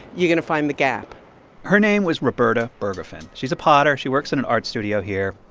you're going to find the gap her name was roberta bergoffen. she's a potter. she works in an art studio here.